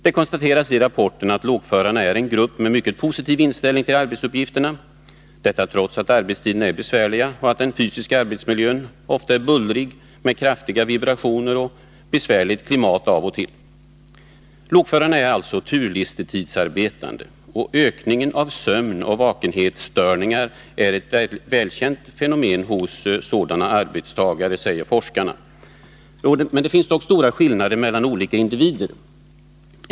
Det konstateras i rapporten att lokförarna är en grupp med mycket positiv inställning till arbetsuppgifterna, detta trots att arbetstiderna är besvärliga och att den fysiska arbetsmiljön ofta är bullrig med kraftiga vibrationer och av och till ett påfrestande klimat. Lokförarna är alltså turlistetidsarbetande. Ökningen av sömnoch vakenhetsstörningar är ett välkänt fenomen hos sådana arbetstagare, säger forskarna. Det finns dock stora skillnader mellan individer.